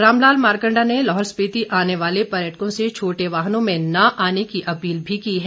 रामलाल मारकंडा ने लाहौल स्पिति आने वाले पर्यटकों से छोटे वाहनों में न आने की अपील भी की है